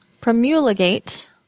promulgate